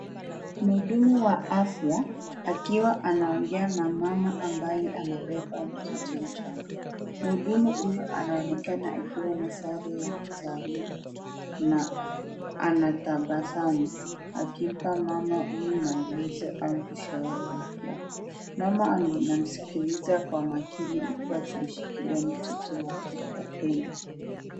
Mhudumu wa afya, akiwa anaongea na mama ambaye amebeba mtoto mchanga, mhudumu huyo anaonekana akiwa na sare ya kitaalum na anatabasamu akimpa mama huyu maelezo au ushauri wa kiafya. Mama anamsikiliza kwa makini huku akimshikilia mtoto wake kwa upendo.